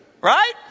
Right